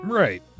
right